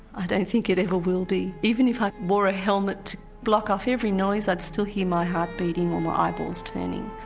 i don't think it ever will be. even if i wore a helmet to block off every noise i'd still hear my heart beating or my eye balls turning.